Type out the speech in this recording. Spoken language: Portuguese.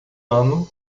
ano